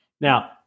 Now